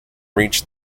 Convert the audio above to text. reached